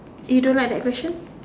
you don't like that question